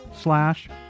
slash